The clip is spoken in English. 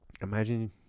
Imagine